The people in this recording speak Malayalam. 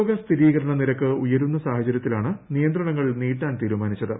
രോഗസ്ഥിരീകരണ നിരക്ക് ഉയരുന്ന സാഹചര്യത്തിലാണ് നിയന്ത്രണങ്ങൾ നീട്ടാൻ തീരുമാനിച്ചത്